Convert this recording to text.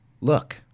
look